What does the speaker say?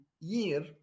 year